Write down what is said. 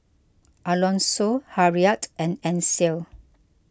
Alonso Harriett and Ansel